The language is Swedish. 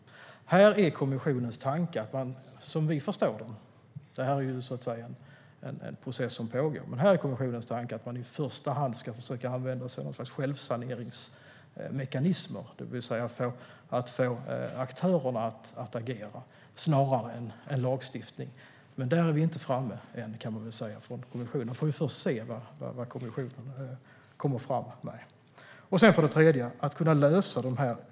Som vi förstår det är kommissionens tanke - det är ju en process som pågår - att man i första hand ska försöka använda sig av något slags självsaneringsmekanismer, det vill säga få aktörerna att agera snarare än ta till lagstiftning. Där är man ännu inte från kommissionens sida. Vi måste avvakta och se vad kommissionen kommer fram till. Slutligen handlar det om att lösa problemen.